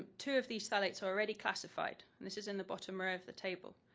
two of these phthalates are already classified. and this is in the bottom row of the table,